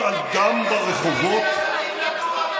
אבל במקום לדבר,